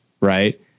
right